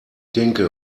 denke